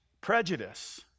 Prejudice